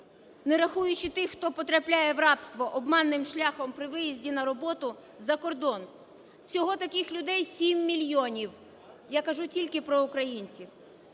не рахуючи тих, хто потрапляє в рабство обманним шляхом при виїзді на роботу за кордон, всього таких людей 7 мільйонів. Я кажу тільки про українців.